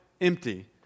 empty